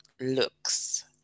looks